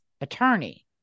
attorney